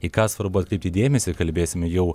į ką svarbu atkreipti dėmesį kalbėsime jau